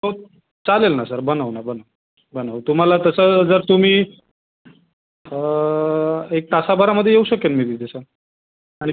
हो चालेल ना सर बनवू ना बनवू बनवू तुम्हाला तसं जर तुम्ही एक तासाभरामध्ये येऊ शकेन मी तिथे सर आणि